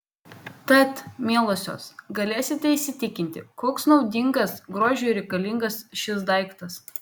tad mielosios galėsite įsitikinti koks naudingas grožiui reikalingas šis daiktas